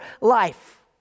life